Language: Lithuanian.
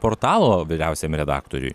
portalo vyriausiam redaktoriui